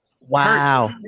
wow